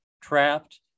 Trapped